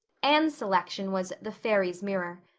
anne's selection was the fairies' mirror.